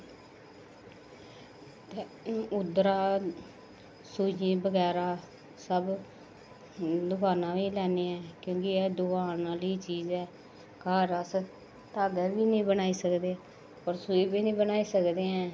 ते हून ओह्दा सुई बगैरा सब दकाना बी लैन्ने आं कि के एह् दकान आह्ली चीज ऐ घर अस धागा बी नेईं बनाई सकदे होर सुई बी नेईं बनाई सकदे ऐ